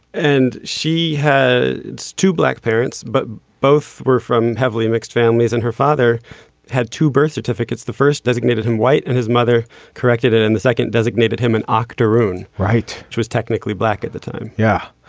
and she had two black parents but both were from heavily mixed families and her father had to birth certificates the first designated him white and his mother corrected it and the second designated him an actor rune. right. she was technically black at the time. yeah.